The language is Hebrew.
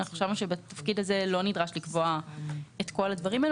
וחשבנו שבתפקיד הזה לא נדרש לקבוע את כל הדברים האלה.